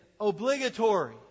obligatory